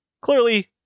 clearly